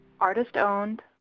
artist-owned